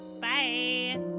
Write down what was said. Bye